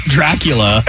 Dracula